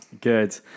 good